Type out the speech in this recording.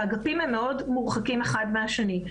האגפים הם מאוד מורחקים אחד משני.